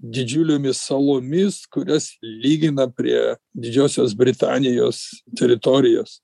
didžiulėmis salomis kurias lyginam prie didžiosios britanijos teritorijos